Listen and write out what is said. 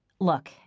Look